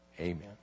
Amen